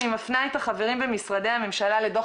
אני מפנה את החברים במשרדי הממשלה לדוח